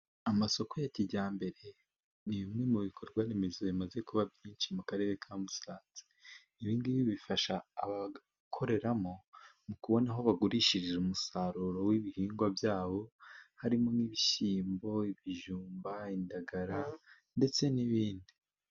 Amasoko ya kijyambere ni bimwe mu bikorwa remezo bimaze kuba byinshi mu Karere ka Musanze. Ibingibi bifasha abakoreramo, mu kubona aho bagurishiriza umusaruro w'ibihingwa byabo, harimo nk'ibishyimbo, bijumba, indagara ndetse n'ibindi.